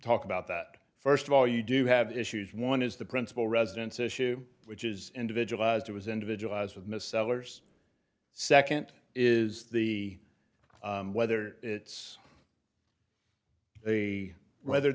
talk about that first of all you do have issues one is the principle residence issue which is individualized was individualized with miss sellers second is the whether it's a whether